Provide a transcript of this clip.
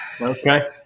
Okay